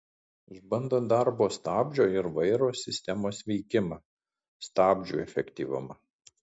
išbando darbo stabdžio ir vairo sistemos veikimą stabdžių efektyvumą